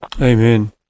Amen